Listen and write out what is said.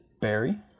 barry